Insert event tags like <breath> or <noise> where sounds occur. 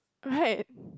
right <breath>